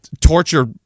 torture